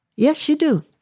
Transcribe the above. yes, you do.